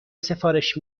سفارش